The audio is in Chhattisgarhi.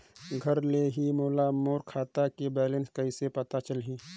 घर ले ही मोला मोर खाता के बैलेंस कइसे पता चलही?